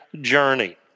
journey